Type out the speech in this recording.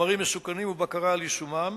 חומרים מסוכנים ובקרה על יישומן,